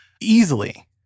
easily